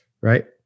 right